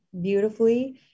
beautifully